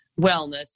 wellness